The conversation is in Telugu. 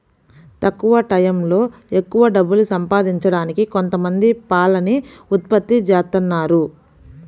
తక్కువ టైయ్యంలో ఎక్కవ డబ్బులు సంపాదించడానికి కొంతమంది పాలని ఉత్పత్తి జేత్తన్నారు